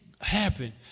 happen